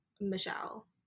michelle